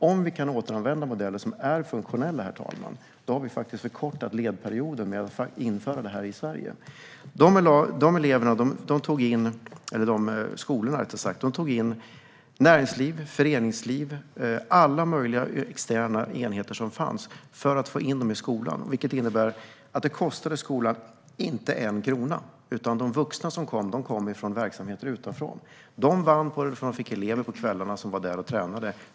Om vi kan återanvända modeller som är funktionella har vi förkortat ledperioden för att införa det i Sverige. De skolorna tog in näringsliv, föreningsliv och alla möjliga externa enheter för att få in dem i skolan. Det innebär att det inte kostade skolan en krona. De vuxna som kom var från verksamheter utifrån. De vann på det eftersom de fick elever på kvällarna som var där och tränade.